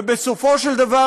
ובסופו של דבר,